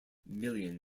million